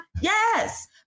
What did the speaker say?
Yes